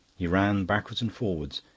he ran backwards and forwards,